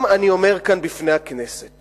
אני אומר כאן בפני הכנסת